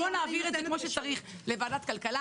אז בואו נעביר את זה כפי שצריך לוועדת הכלכלה.